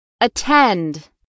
Attend